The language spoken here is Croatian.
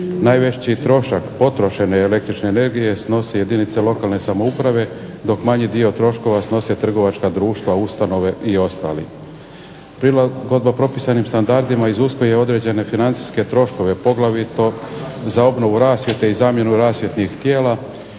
Najveći trošak potrošene električne energije snose jedinice lokalne samouprave, dok manji dio troškova snose trgovačka društva, ustanove i ostali. Prilagodba propisanim standardima iziskuje određene financijske troškove, poglavito za obnovu rasvjete i zamjenu rasvjetnih tijela,